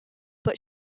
but